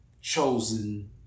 chosen